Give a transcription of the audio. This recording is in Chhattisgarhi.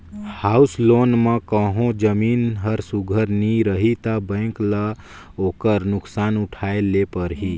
हाउस लोन म कहों जमीन हर सुग्घर नी रही ता बेंक ल ओकर नोसकान उठाए ले परही